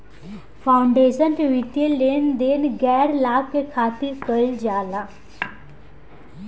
foundation के वित्तीय लेन देन गैर लाभ के खातिर कईल जाला